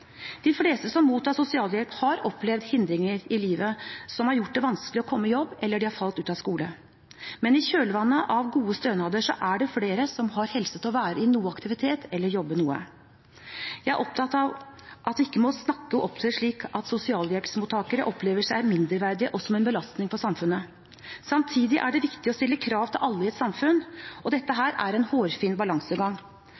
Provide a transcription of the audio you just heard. De fleste som mottar sosialhjelp, har opplevd hindringer i livet som har gjort det vanskelig å komme i jobb, eller de har falt ut av skolen. Men i kjølvannet av gode stønader er det flere som har helse til å være i noe aktivitet eller jobbe noe. Jeg er opptatt av at vi ikke må snakke og opptre slik at sosialhjelpsmottakere opplever seg selv som mindreverdige og en belastning for samfunnet. Samtidig er det viktig å stille krav til alle i et samfunn. Dette